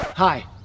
Hi